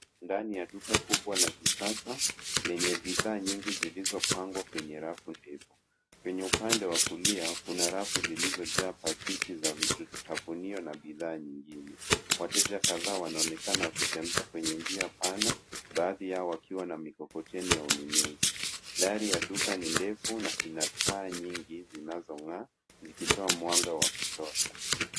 Ndani ya duka kubwa la kisasa lenye bidhaa nyingi zilizopangwa kwenye rafu ndefu. Kwenye upande wa kulia kuna rafu zilizojaa pakiti za vitafunio na bidhaa nyingine. Wateja kadhaa wanaonekana wakitembea kwenye njia pana, baadhi yao wakiwa na mikokoteni ya ununuzi. Dari ya duka ni ndefu na ina taa nyingi zinazong'aa zikitoa mwanga wa kutosha.